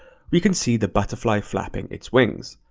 we can see the butterfly flapping its wings.